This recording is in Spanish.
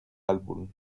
álbum